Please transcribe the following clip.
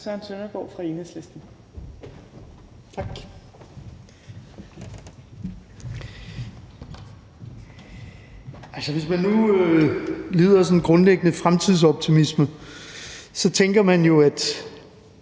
Hvis man nu lider af sådan en grundlæggende fremtidsoptimisme, tænker man jo, at